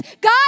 God